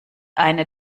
eine